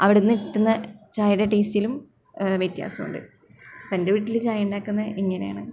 അവിടുന്ന് കിട്ടുന്ന ചായടെ ടെസ്റ്റിലും വ്യത്യാസം ഉണ്ട് എന്റെ വീട്ടിൽ ചായ ഉണ്ടാക്കുന്നത് ഇങ്ങനെയാണ്